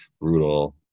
brutal